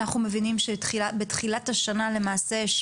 אנחנו מבינים שבתחילת השנה למעשה,